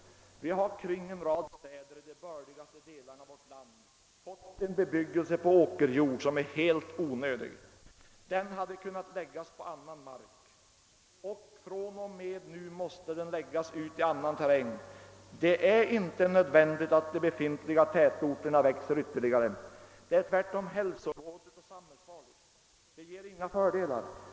Vi har kring en rad städer i de bördigaste delarna av vårt land fått en bebyggelse på åkerjord som är helt onödig. Den hade kunnat läggas på annan mark i de flesta fall. Från och med nu måste den läggas ut i annan terräng. Det är inte nödvändigt att de befintliga tätorterna växer ytterli gare. Det är tvärtom hälsovådligt och samhällsfarligt och ger inga fördelar.